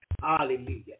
Hallelujah